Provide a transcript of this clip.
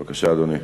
בבקשה, אדוני.